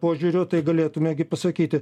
požiūriu tai galėtume pasakyti